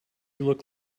look